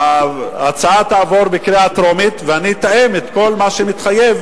שההצעה תעבור בקריאה טרומית ואני אתאם את כל מה שמתחייב